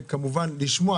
וכמובן לשמוע.